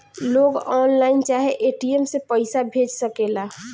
लोग ऑनलाइन चाहे ए.टी.एम से पईसा भेज सकेला